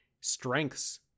strengths